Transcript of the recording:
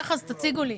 תציגו לי,